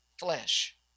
flesh